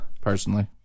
Personally